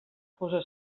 fossa